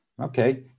okay